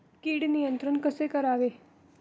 कीड नियंत्रण कसे करावे?